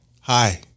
Hi